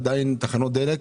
אבל יש עדיין תחנות דלק,